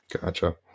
Gotcha